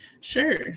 Sure